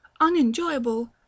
unenjoyable